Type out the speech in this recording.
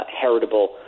heritable